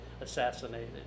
assassinated